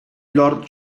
lord